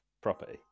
property